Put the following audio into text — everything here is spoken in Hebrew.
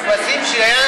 הכבשים שלי,